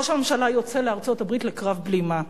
ראש הממשלה יוצא לארצות-הברית לקרב בלימה.